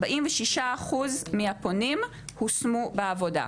46% מהפונים הושמו בעבודה.